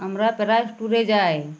আমরা প্রায় ট্যুরে যাই